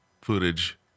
footage